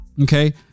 okay